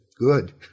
good